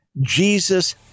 Jesus